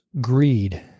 greed